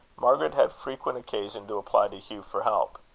margaret had frequent occasion to apply to hugh for help.